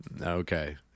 okay